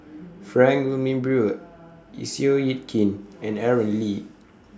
Frank Wilmin Brewer Seow Yit Kin and Aaron Lee